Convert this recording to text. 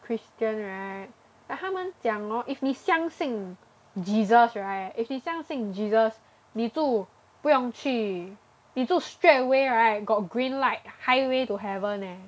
Christian right like 他们讲 hor if 你相信 Jesus right if 你相信 Jesus 你就不用去你就 straight away right got green light highway to heaven eh